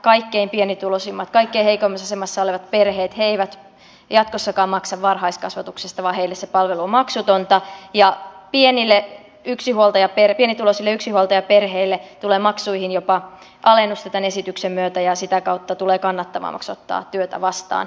kaikkein pienituloisimmat kaikkein heikoimmassa asemassa olevat perheet eivät jatkossakaan maksa varhaiskasvatuksesta vaan heille se palvelu on maksutonta ja pienituloisille yksinhuoltajaperheille tulee maksuihin jopa alennusta tämän esityksen myötä ja sitä kautta tulee kannattavammaksi ottaa työtä vastaan